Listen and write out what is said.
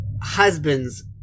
husband's